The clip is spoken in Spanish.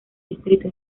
distrito